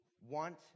want